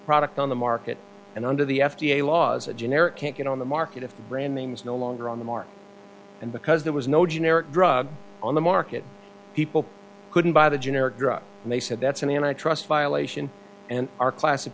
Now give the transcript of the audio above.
product on the market and under the f d a laws a generic can't get on the market if the brand name is no longer on the market and because there was no generic drug on the market people couldn't buy the generic drug and they said that's an antitrust violation and our class of